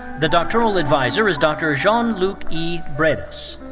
the doctoral adviser is dr. jean-luc e. bredas.